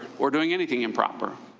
or doing anything improper?